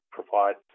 provide